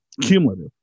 Cumulative